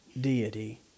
deity